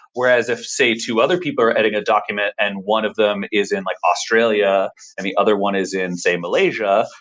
whereas if, say, two other people are adding a document and one of them is in like australia and the other one is in, say, malaysia.